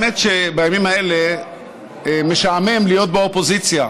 האמת היא שבימים האלה משעמם להיות באופוזיציה.